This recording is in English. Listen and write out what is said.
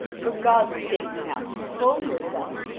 for god's sake now control yourself,